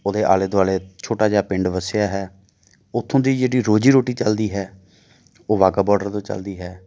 ਉਹਦੇ ਆਲ਼ੇ ਦੁਆਲ਼ੇ ਛੋਟਾ ਜਿਹਾ ਪਿੰਡ ਵਸਿਆ ਹੈ ਉੱਥੋਂ ਦੀ ਜਿਹੜੀ ਰੋਜ਼ੀ ਰੋਟੀ ਚੱਲਦੀ ਹੈ ਉਹ ਵਾਹਗਾ ਬੋਡਰ ਤੋਂ ਚੱਲਦੀ ਹੈ